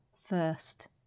first